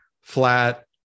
flat